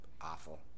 awful